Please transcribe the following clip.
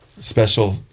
special